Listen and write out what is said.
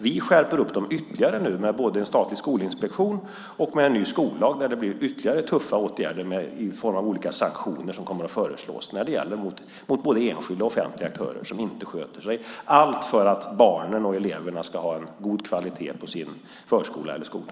Vi skärper dem nu ytterligare med både en statlig skolinspektion och en ny skollag där det blir ytterligare tuffa åtgärder i form av olika sanktioner som kommer att föreslås mot både enskilda och offentliga aktörer som inte sköter sig, allt för att barnen och eleverna ska ha en god kvalitet på sin förskola eller skola.